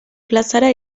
plazara